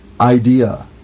idea